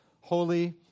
holy